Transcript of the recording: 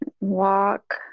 walk